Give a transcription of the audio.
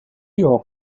your